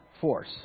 force